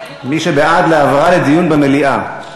להעברה לדיון במליאה.